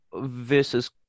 versus